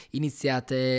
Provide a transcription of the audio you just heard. iniziate